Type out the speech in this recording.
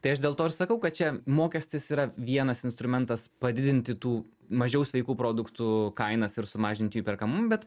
tai aš dėl to ir sakau kad čia mokestis yra vienas instrumentas padidinti tų mažiau sveikų produktų kainas ir sumažint jų perkamu bet